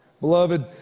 Beloved